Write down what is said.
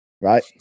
right